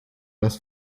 das